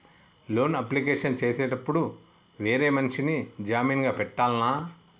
Loan application చేసేటప్పుడు వేరే మనిషిని జామీన్ గా పెట్టాల్నా?